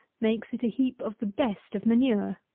makes it a heap of the best of manure.